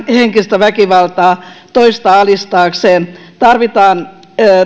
henkistä väkivaltaa toista alistaakseen tarvitaan